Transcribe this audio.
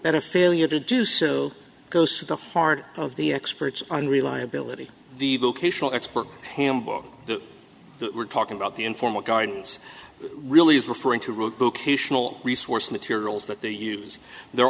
that a failure to do so goes to the heart of the experts on reliability the vocational expert hamburg we're talking about the informal gardens really is referring to root locational resource materials that they use their